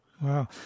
Wow